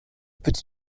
petit